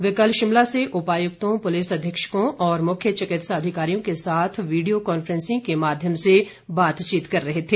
वे कल शिमला से उपायुक्तों पुलिस अधीक्षकों और मुख्य चिकित्सा अधिकारियों के साथ वीडियो कॉन्फ्रेंसिंग के माध्यम से बातचीत कर रहे थे